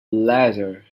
letters